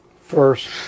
first